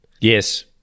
Yes